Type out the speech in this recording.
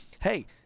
hey